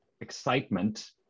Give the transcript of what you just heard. excitement